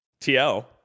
TL